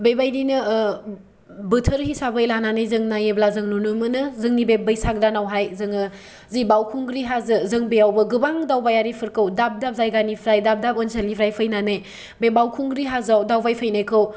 बेबायदिनो ओ बोथोर हिसाबै लानानै नायोब्ला जों नुनो मोनो जोंनि बे बैसाग दानावहाय जोङो जि बावखुंग्रि हाजो जों बेयावबो गोबां दावबायारिफोरखौ दाब दाब जायगानिफ्राय दाब दाब आनसोलनिफ्राय फैनानै बे बावखुंग्रि हाजोआव दावबायफैनायखौ